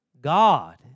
God